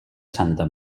santa